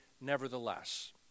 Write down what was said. nevertheless